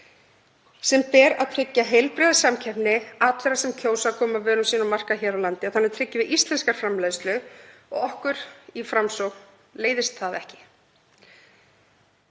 sem ber að tryggja heilbrigða samkeppni allra sem kjósa að koma vörum sínum á markað hér á landi og þannig tryggjum við íslenska framleiðslu og okkur í Framsókn leiðist það ekki.